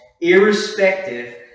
irrespective